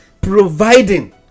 providing